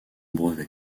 brevet